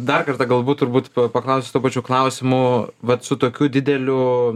dar kartą galbūt turbūt paklausiu tų pačių klausimų vat su tokiu dideliu